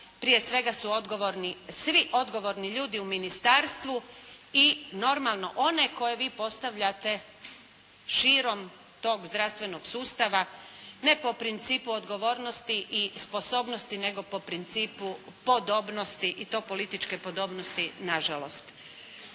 prije svega su odgovorni svi odgovorni ljudi u ministarstvu i normalno one koje vi postavljate širom tog zdravstvenog sustava ne po principu odgovornosti i sposobnosti, nego po principu podobnosti i to političke podobnosti, na žalost.